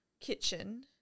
kitchen